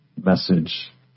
Message